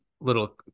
little